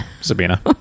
Sabina